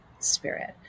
spirit